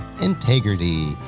integrity